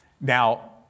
Now